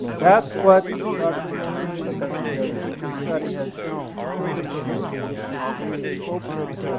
that's what dr. molina's extensive study has shown and we hope that